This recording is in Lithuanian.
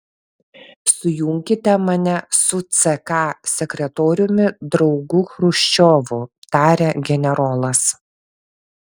sujunkite mane su ck sekretoriumi draugu chruščiovu tarė generolas